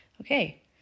Okay